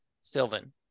Sylvan